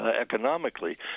economically